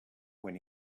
when